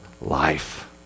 life